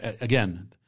again –